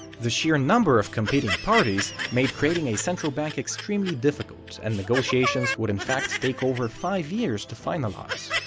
the sheer number of competing parties made creating a central bank extremely difficult and negotiations would in fact take over five years to finalize.